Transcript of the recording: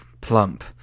plump